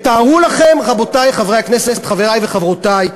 תארו לכם, רבותי חברי הכנסת, חברי וחברותי,